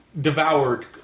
devoured